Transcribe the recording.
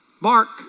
Mark